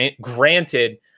granted